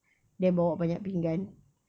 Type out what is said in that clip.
then bawa banyak pinggan